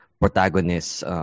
protagonists